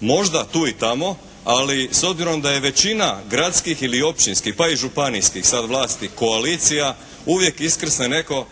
Možda tu i tamo, ali s obzirom da je većina gradskih ili općinskih pa i županijskih sad vlasti koalicija uvijek iskrsne netko